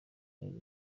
neza